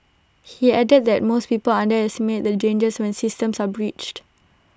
he added that most people underestimate the dangers when systems are breached